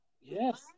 Yes